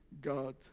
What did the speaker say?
God